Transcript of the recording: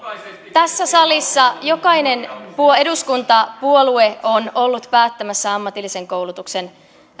tässä salissa jokainen eduskuntapuolue on ollut päättämässä ammatillisen koulutuksen